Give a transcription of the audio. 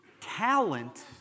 talent